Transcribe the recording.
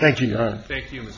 thank you thank you